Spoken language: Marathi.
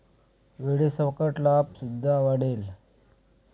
वेळेसकट लाभ सुद्धा वाढेल